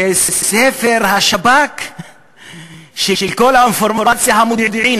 זה ספר השב"כ של כל האינפורמציה המודיעינית.